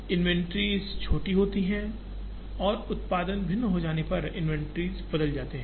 inventories छोटी होती हैं और उत्पाद भिन्न हो जाने पर इन्वेंट्रीज़ बदल जाते हैं